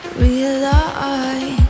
realize